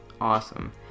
awesome